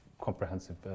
comprehensive